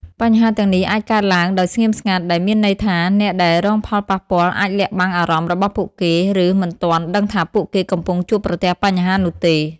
បញ្ហាទាំងនេះអាចកើតឡើងដោយស្ងៀមស្ងាត់ ដែលមានន័យថាអ្នកដែលរងផលប៉ះពាល់អាចលាក់បាំងអារម្មណ៍របស់ពួកគេ ឬមិនទាន់ដឹងថាពួកគេកំពុងជួបប្រទះបញ្ហានោះទេ។